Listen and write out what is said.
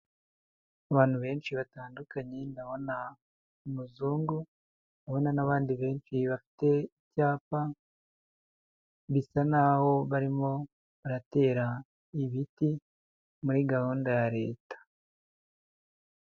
Abantu benshi batandukanye, ndabona umuzungu, ndabona n'abandi benshi bafite ibyapa bisa naho barimo baratera ibiti muri gahunda ya leta.